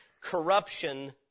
corruption